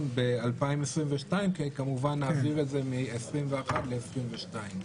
ב-2022 כדי כמובן להעביר את זה מ-2021 ל-2022.